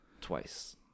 twice